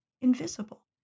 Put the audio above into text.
invisible